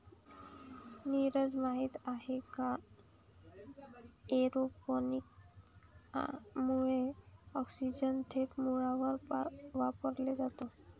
नीरज, माहित आहे का एरोपोनिक्स मुळे ऑक्सिजन थेट मुळांवर वापरला जातो